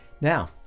Now